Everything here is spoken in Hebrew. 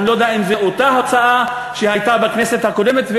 אני לא יודע אם זו אותה הצעה שהייתה בכנסת הקודמת,